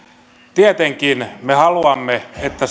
tietenkin me me haluamme että